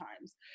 times